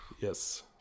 Yes